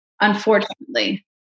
Unfortunately